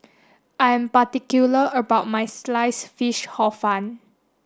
I am particular about my sliced fish Hor Fun